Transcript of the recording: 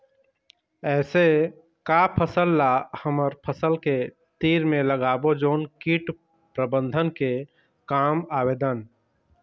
ऐसे का फसल ला हमर फसल के तीर मे लगाबो जोन कीट प्रबंधन के काम आवेदन?